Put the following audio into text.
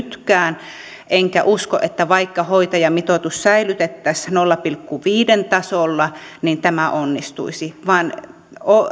nytkään enkä usko että vaikka hoitajamitoitus säilytettäisiin nolla pilkku viiden tasolla tämä onnistuisi vaan